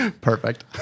Perfect